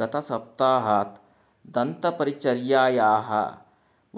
गतसप्ताहात् दन्तपरिचर्यायाः